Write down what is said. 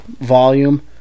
volume